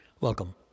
Welcome